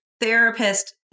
therapist